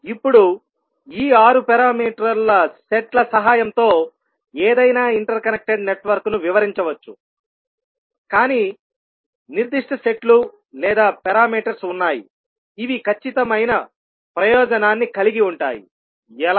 ఇప్పుడు ఈ 6 పారామీటర్ సెట్ల సహాయంతో ఏదైనా ఇంటర్ కనెక్టెడ్ నెట్వర్క్ను వివరించవచ్చు కానీ నిర్దిష్ట సెట్లు లేదా పారామీటర్స్ ఉన్నాయి ఇవి ఖచ్చితమైన ప్రయోజనాన్ని కలిగి ఉంటాయి ఎలా